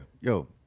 Yo